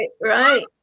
right